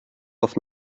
auf